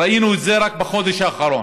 ראינו את זה רק בחודש האחרון,